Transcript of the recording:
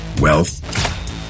Wealth